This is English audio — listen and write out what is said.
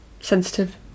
Sensitive